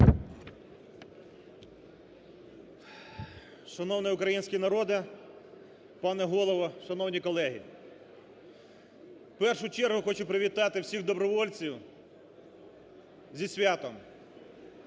Шановний український народе! Пане Голово, шановні колеги! В першу чергу хочу привітати всіх добровольців зі святом!